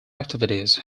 activities